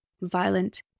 violent